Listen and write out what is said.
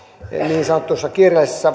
niin sanotuissa kiireellisissä